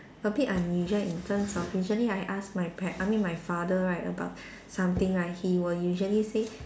a bit unusual in terms of usually I ask my par~ I mean my father right about something right he will usually say